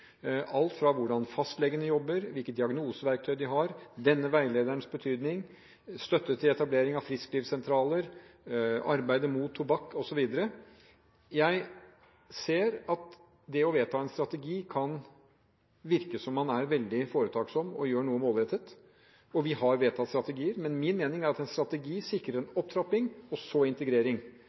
alt fra hvordan fastlegene jobber, hvilke diagnoseverktøy de har, denne veilederens betydning, støtte til etablering av frisklivssentraler, arbeidet mot tobakk, osv. Jeg ser at det å vedta en strategi kan få det til å se ut som om man er veldig foretaksom og gjør noe målrettet – og vi har vedtatt strategier – men min mening er at en strategi sikrer en opptrapping, og så integrering.